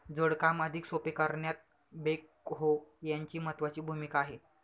जड काम अधिक सोपे करण्यात बेक्हो यांची महत्त्वाची भूमिका आहे